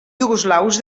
iugoslaus